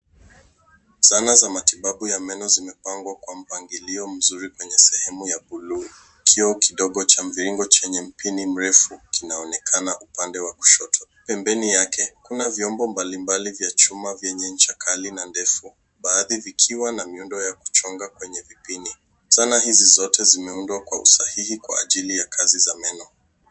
Zana za matibabu ya meno, zimepangwa kwa mpangilio mzuri kwenye sehemu ya buluu. Kioo kidogo cha mviringo chenye mpini mrefu kinaonekana upande wa kushoto. Pembeni yake kuna vyombo mbalimbali vya chuma vyenye ncha kali na ndefu, baadhi vikiwa na miundo ya kuchonga kwenye vipini. Zana hizi zote zimeundwa kwa usahihi kwa ajili ya kazi za meno.